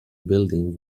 building